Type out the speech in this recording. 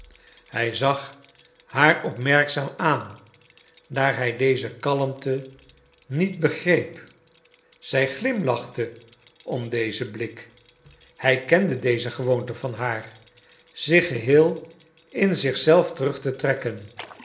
hij zag haar opmerkzaam aan daar hij deze kalmte niet begreep zij glimlachte om dezen blik hij kende deze gewoonte van haar zich geheel in zich zelf terug te trekken